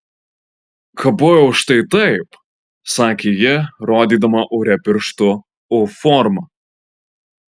kabojau štai taip sakė ji rodydama ore pirštu u formą